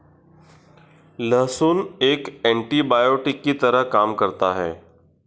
लहसुन एक एन्टीबायोटिक की तरह काम करता है